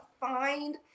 find